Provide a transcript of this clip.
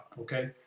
okay